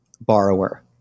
borrower